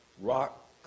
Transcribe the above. rock